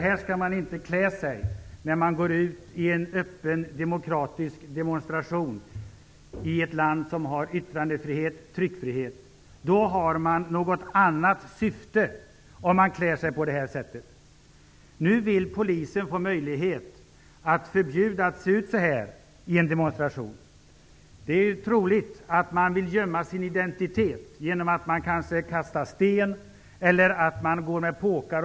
Man skall inte klä sig så här när man är med i en öppen demonstration i ett land som har yttrandefrihet och tryckfrihet. Om man gör det har man något annat syfte. Nu vill polisen att det skall vara förbjudet att bära mask i en demonstration. Det är troligt att man bär mask för att man vill gömma sin identitet. Man kanske kastar sten eller slår människor med påkar.